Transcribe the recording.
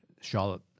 Charlotte